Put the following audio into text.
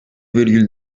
virgül